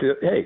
hey